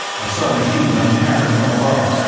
a submachine-gun hammered from above,